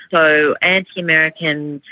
so anti-american,